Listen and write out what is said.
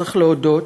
צריך להודות,